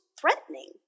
threatening